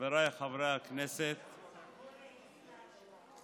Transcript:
חבריי חברי הכנסת, חברת הכנסת קארין, התוכנית הזאת